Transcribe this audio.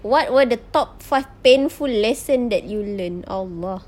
what were the top five painful lesson that you learnt allah